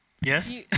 Yes